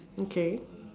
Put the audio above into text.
okay